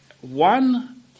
One